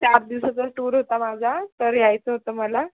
चार दिवसाचा टूर होता माझा तर यायचं होतं मला